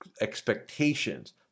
expectations